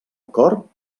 cor